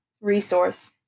resource